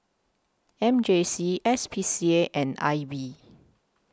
M J C S P C A and I B